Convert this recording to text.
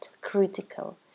critical